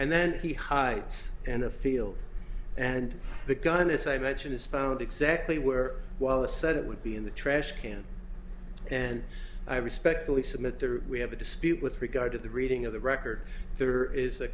and then he hides in a field and the gun as i mentioned is found exactly where while the said it would be in the trash can and i respectfully submit there we have a dispute with regard to the reading of the record there is a